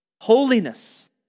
holiness